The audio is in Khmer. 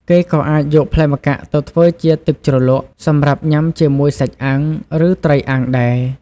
គេក៏អាចយកផ្លែម្កាក់ទៅធ្វើជា ទឹកជ្រលក់ សម្រាប់ញ៉ាំជាមួយសាច់អាំង ឬត្រីអាំងដែរ។